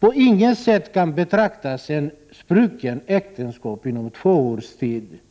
Det faktum att ett äktenskap spricker inom två års tid kan på inget sätt